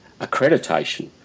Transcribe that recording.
accreditation